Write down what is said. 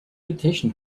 dictation